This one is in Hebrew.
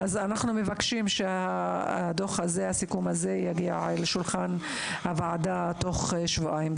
אנחנו מבקשים שהדוח והסיכום הזה יגיע לשולחן הוועדה תוך שבועיים,